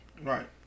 right